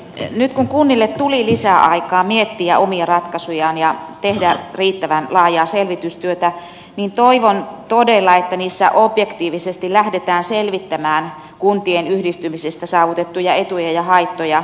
nyt kun kunnille tuli lisäaikaa miettiä omia ratkaisujaan ja tehdä riittävän laajaa selvitystyötä niin toivon todella että niissä objektiivisesti lähdetään selvittämään kuntien yhdistymisestä saavutettuja etuja ja haittoja